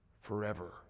forever